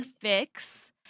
fix –